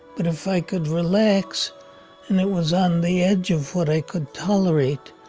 but if i could relax and it was on the edge of what i could tolerate,